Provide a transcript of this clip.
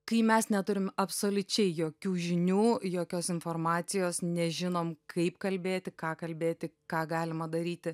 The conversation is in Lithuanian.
kai mes neturim absoliučiai jokių žinių jokios informacijos nežinom kaip kalbėti ką kalbėti ką galima daryti